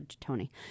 Tony